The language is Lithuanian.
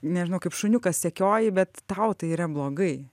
nežinau kaip šuniukas sekioji bet tau tai yra blogai